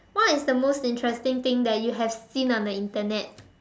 what is the most interesting thing that you have seen on the Internet